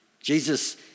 Jesus